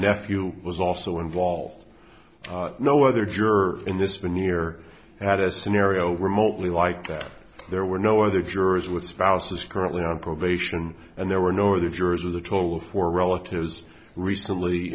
nephew was also involved no other juror in this veneer had a scenario remotely like that there were no other jurors with spouses currently on probation and there were no other jurors of the total of four relatives recently